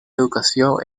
educación